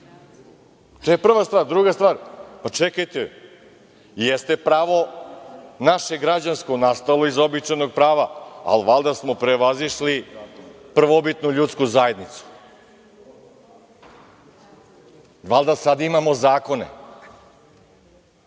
to je prva stvar. Druga stvar, čekajte, jeste pravo naše građansko nastalo iz običajnog prava, ali valjda smo prevazišli prvobitnu ljudsku zajednicu. Valjda sada imamo zakone. Šta